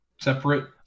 separate